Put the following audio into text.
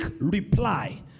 reply